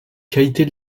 qualité